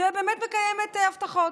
שבאמת מקיימת הבטחות.